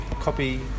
Copy